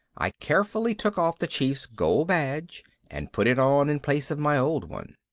i carefully took off the chief's gold badge and put it on in place of my old one.